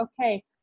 okay